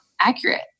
accurate